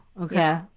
Okay